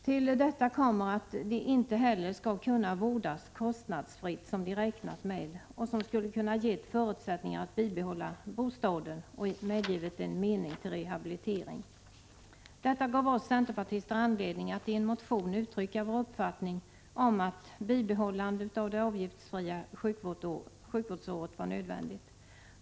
Till detta kommer att de inte heller skall kunna vårdas kostnadsfritt som de räknat med. Det hade kunnat ge förutsättningar att bibehålla bostaden och möjliggjort rehabilitering. Detta gav oss centerpartister anledning att i en motion uttrycka vår uppfattning om ett bibehållande av det avgiftsfria sjukvårdsåret.